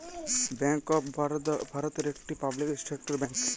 bank of Baroda ভারতের একটি public sector bank